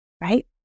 right